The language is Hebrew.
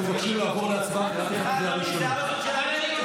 אנחנו מבקשים לעבור להצבעה בקריאה ראשונה.